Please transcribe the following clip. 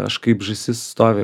aš kaip žąsis stoviu